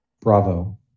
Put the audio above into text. Bravo